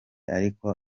ariko